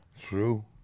true